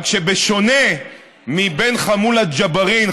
רק שבשונה מבן חמולת ג'בארין,